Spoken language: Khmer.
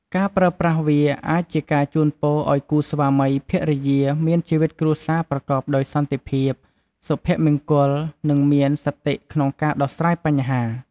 ការប្រើប្រាស់វាអាចជាការជូនពរឱ្យគូស្វាមីភរិយាមានជីវិតគ្រួសារប្រកបដោយសន្តិភាព សុភមង្គល និងមានសតិក្នុងការដោះស្រាយបញ្ហា។